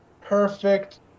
perfect